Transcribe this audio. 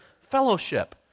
fellowship